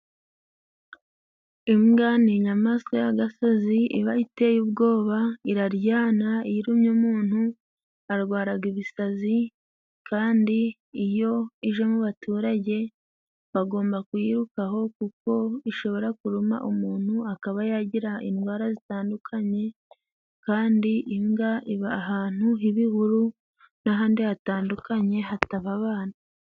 Imbwa ni inyamaswa y'agasozi iba iteye ubwoba iraryana. Iyo irumye umuntu arwaraga ibisazi ,kandi iyo ije mu baturage bagomba kuyirukaho kuko ishobora kuruma umuntu akaba yagira indwara zitandukanye ,kandi imbwa iba ahantu h'ibihuru n'ahandi hatandukanye hataba abantu.